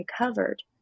recovered